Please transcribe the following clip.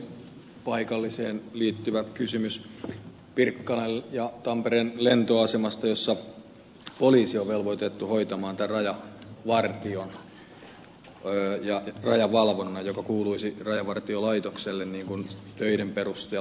paikalliseen tilanteeseen liittyvä kysymys pirkkalan ja tampereen lentoasemasta jossa poliisi on velvoitettu hoitamaan rajavartion ja rajavalvonnan joka kuuluisi rajavartiolaitokselle töiden perusteella